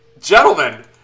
gentlemen